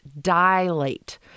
dilate